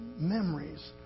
memories